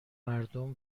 مردم